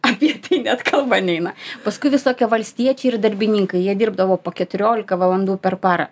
apie tai net kalba neina paskui visokie valstiečiai ir darbininkai jie dirbdavo po keturiolika valandų per parą